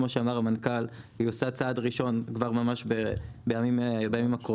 כמו שאמר המנכ"ל היא עושה צד ראשון כבר ממש בימים הקרובים.